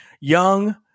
young